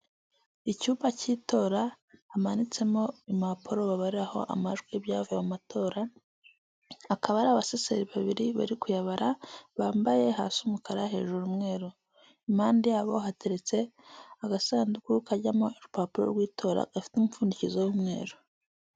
Icyumba cy'itora, hamanitsemo impapuro babariraho amajwi y'ibyavuye mu matora, akaba ari abasaseri babiri bari kuyabara, bambaye hasi umukara hejuru umweru, impande yabo hateretse agasanduku kajyamo urupapuro rw'itora gafite umupfundikizo w'umweru.